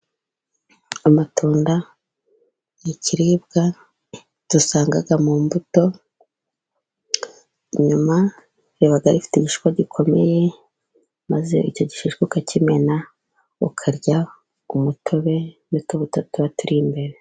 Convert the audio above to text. Amatunda ni ikiribwa dusanga mu mbuto, inyuma riba rifite igishishwa gikomeye, maze icyo gishishwa ukakimena ukarya umutobe n'utundi tubuto tuba turi imbere.